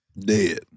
Dead